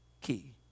key